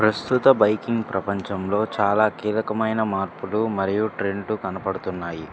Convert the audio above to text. ప్రస్తుత బైకింగ్ ప్రపంచంలో చాలా కీలకమైన మార్పులు మరియు ట్రెండ్ కనపడుతున్నాయి